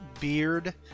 beard